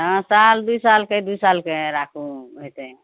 हँ साल दुइ सालके दू सालके राखू हेतय